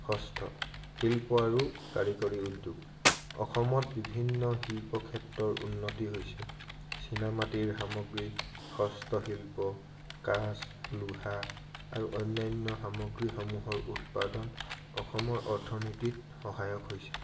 ষষ্ঠ শিল্প আৰু কাৰিকৰী উদ্যোগ অসমত বিভিন্ন শিল্প ক্ষেত্ৰৰ উন্নতি হৈছে চিনামাটিৰ সামগ্ৰী হস্তশিল্প কাঁচ লোহা আৰু অন্যান্য সামগ্ৰীসমূহৰ উৎপাদন অসমৰ অৰ্থনীতিত সহায়ক হৈছে